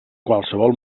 qualsevol